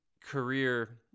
career